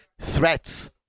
threats